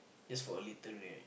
just for a little right